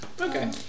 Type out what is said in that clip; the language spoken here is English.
Okay